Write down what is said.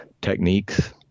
techniques